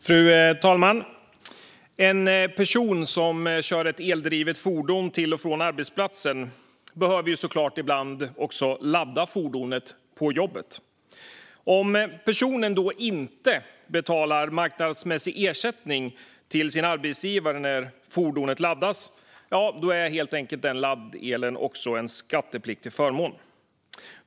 Fru talman! En person som kör ett eldrivet fordon till och från arbetsplatsen behöver såklart ibland ladda fordonet på jobbet. Om personen inte betalar marknadsmässig ersättning till sin arbetsgivare när fordonet laddas är laddelen helt enkelt en skattepliktig förmån.